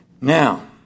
Now